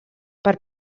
per